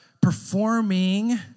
performing